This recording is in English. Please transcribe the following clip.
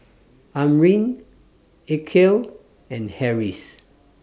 Amrin Aqil and Harris